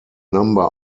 number